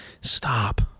Stop